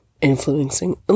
influencing